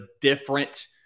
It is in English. different